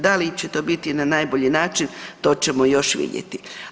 Da li će to biti na najbolji način, to ćemo još vidjeti.